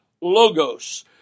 Logos